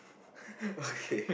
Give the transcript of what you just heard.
okay